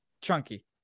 Chunky